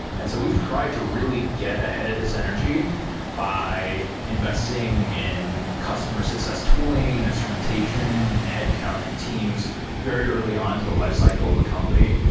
and so we've tried to really get ahead of this energy by investing in customer success tooling and instrumentation and headcount and teams very early on to lifecycle the company.